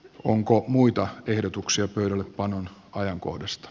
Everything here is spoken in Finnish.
onko muita ehdotuksia pöydällepanon ajankohdasta